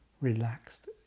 Relaxed